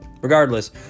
Regardless